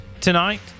tonight